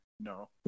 No